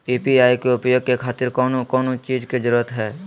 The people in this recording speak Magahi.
यू.पी.आई के उपयोग के खातिर कौन कौन चीज के जरूरत है?